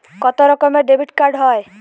কত রকমের ডেবিটকার্ড হয়?